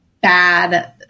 bad